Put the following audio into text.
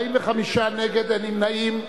45 נגד, אין נמנעים.